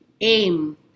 aim